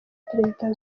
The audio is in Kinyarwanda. perezida